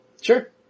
Sure